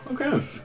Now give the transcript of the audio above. Okay